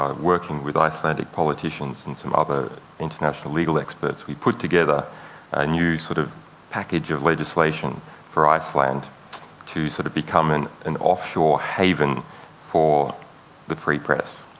um working with icelandic politicians and some other international legal experts, we put together a new sort of package of legislation for iceland to sort of become an an offshore haven for the free press,